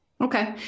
Okay